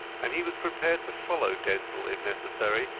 and he was prepared to follow denzil, if necessary,